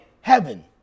Heaven